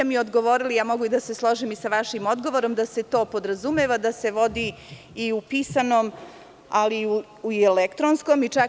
Odgovorili ste mi, mogu da se složim i sa vašim odgovorom, da se to podrazumeva da se vodi i u pisanom, ali i u elektronskom obliku.